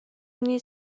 نیز